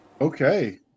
Okay